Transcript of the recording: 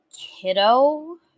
kiddo